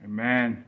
Amen